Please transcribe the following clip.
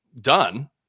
done